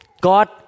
God